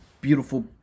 beautiful